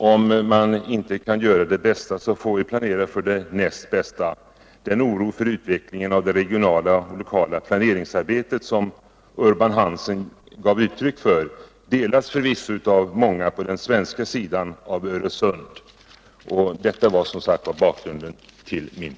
Om man inte kan göra det bästa, så får vi planera för det näst bästa. Den oro för utvecklingen av det regionala och lokala plane ringsarbetet som Urban Hansen gav uttryck för delas förvisso av många på den svenska sidan av Öresund. Detta var som sagt bakgrunden till min fråga.